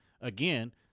again